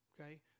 okay